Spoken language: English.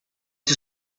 too